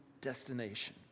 destination